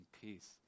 peace